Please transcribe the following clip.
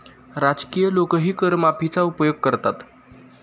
राजकीय लोकही कर माफीचा उपयोग करतात